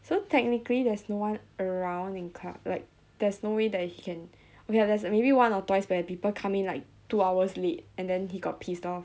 so technically there's no one around in class like there's no way that he can okay lah there's maybe one or twice when people come in like two hours late and then he got pissed off